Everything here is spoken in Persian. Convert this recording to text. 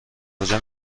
کجا